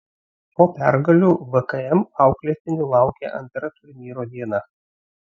po pergalių vkm auklėtinių laukė antra turnyro diena